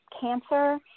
cancer